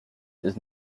does